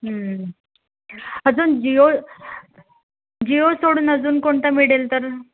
हं अजून जिओ जिओ सोडून अजून कोणता मिळेल तर